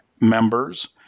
members